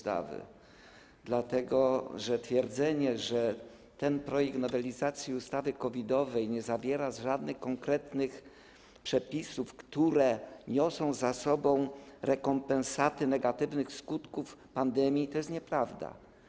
Twierdzenie, że projekt nowelizacji ustawy COVID-owej nie zawiera żadnych konkretnych przepisów, które niosą za sobą rekompensaty negatywnych skutków pandemii, to nieprawda.